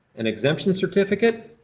an exemption certificate.